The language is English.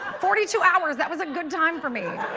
forty two hours, that was a good time for me.